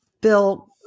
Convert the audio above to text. Bill